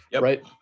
right